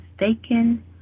mistaken